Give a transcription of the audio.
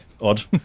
Odd